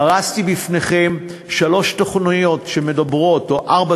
פרסתי בפניכם שלוש תוכניות או ארבע